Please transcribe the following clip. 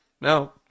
No